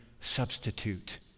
substitute